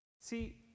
See